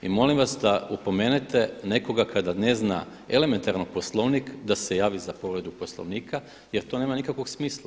I molim vas da opomenete nekoga kada ne zna elementarno Poslovnik da se javi za povredu Poslovnika jer to nema nikakvog smisla.